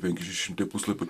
penki šeši šimtai puslapių